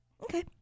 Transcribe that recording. Okay